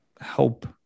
help